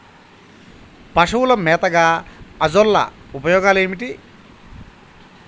పశువుల మేతగా అజొల్ల ఉపయోగాలు ఏమిటి?